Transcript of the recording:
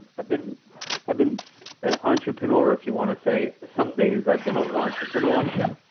i've been i've been an entrepreneur, if you want to say, some days i've been a wantrapreneur. yep.